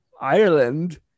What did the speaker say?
Ireland